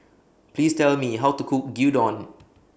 Please Tell Me How to Cook Gyudon